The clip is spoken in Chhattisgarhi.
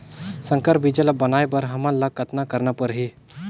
संकर बीजा ल बनाय बर हमन ल कतना करना परही?